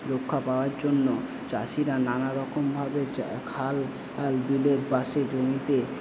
রক্ষা পাওয়ার জন্য চাষিরা নানারকমভাবে খাল বিলের পাশের জমিতে